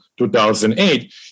2008